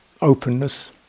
openness